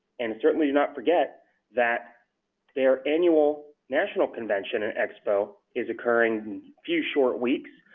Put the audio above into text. and certainly do not forget that their annual national convention and expo is occurring few short weeks,